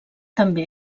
també